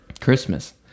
Christmas